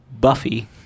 Buffy